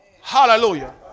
Hallelujah